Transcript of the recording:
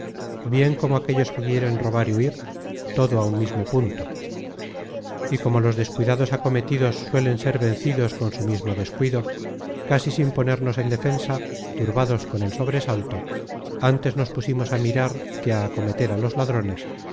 bien como aquellos que quieren robar y huir todo á un mismo punto y como los descuidados acometidos suelen ser vencidos con su mismo descuido casi sin ponernos en defensa turbados con el sobresalto ántes nos pusimos á mirar que á acometer á los ladrones